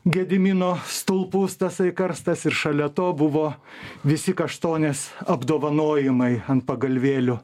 gedimino stulpus tasai karstas ir šalia to buvo visi kaštonės apdovanojimai ant pagalvėlių